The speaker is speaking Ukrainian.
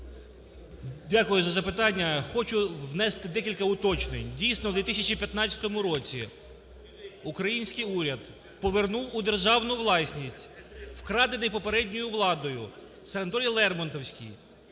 Дякую за запитання. Хочу внести декілька уточнень. Дійсно, в 2015 році український уряд повернув у державну власність вкрадений попередньою владою санаторій "Лермонтовський"